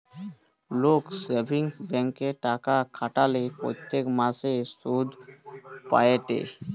লোক সেভিংস ব্যাঙ্কে টাকা খাটালে প্রত্যেক মাসে সুধ পায়েটে